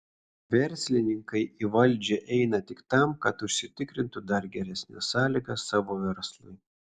verslininkai į valdžią eina tik tam kad užsitikrintų dar geresnes sąlygas savo verslui